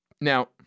Now